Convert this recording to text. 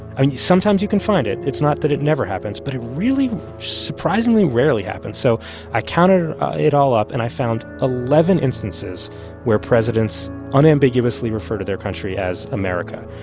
i mean, sometimes you can find it. it's not that it never happens. but it really surprisingly rarely happens so i counted ah it all up, and i found eleven instances where presidents unambiguously refer to their country as america.